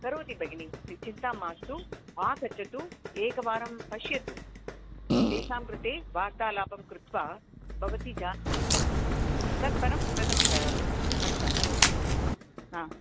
करोति भगिनि चिन्तां मास्तु आगच्छतु एकवारं पश्यतु तेषां कृते वार्तालापं कृत्वा भवती जानाति सर्वं तत्परं प्रथमतः कक्षां करोतु भगिनि हा